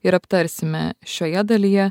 ir aptarsime šioje dalyje